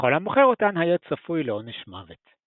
וכל המוכר אותן היה צפוי לעונש מוות.